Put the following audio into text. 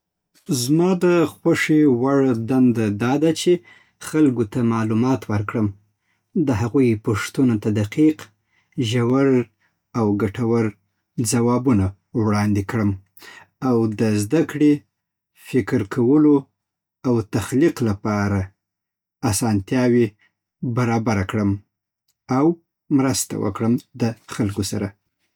زما د خوښې وړ دنده دا ده چې خلکو ته معلومات ورکړم، د هغوی پوښتنو ته دقیق، ژور او ګټور ځوابونه وړاندې کړم. او د زده کړې، فکر کولو او تخلیق لپاره اسانتیا برابره کړم. او مرسته وکړم د خلکو سره.